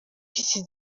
iki